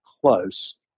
close